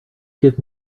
give